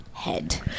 Head